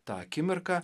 tą akimirką